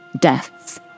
deaths